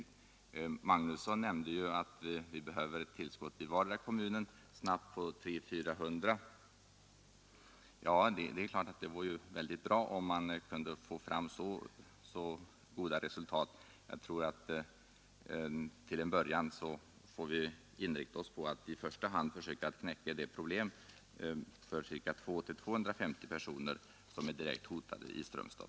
Herr Magnusson i Grebbestad nämnde att vi snabbt behöver ett tillskott i vardera kommunen på 300-400 arbetstillfällen. Ja, det är klart att det vore bra om man kunde få fram så goda resultat, men jag tror att vi får inrikta oss på att i första hand knäcka problemet för 200—250 personer i Strömstad, vilkas sysselsättning är direkt hotad.